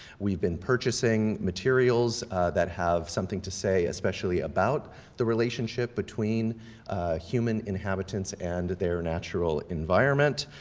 we've been purchasing materials that have something to say especially about the relationship between human inhabitants and their natural environment.